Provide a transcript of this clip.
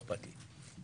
לא אכפת לי.